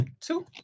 two